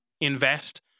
invest